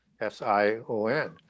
S-I-O-N